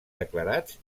declarats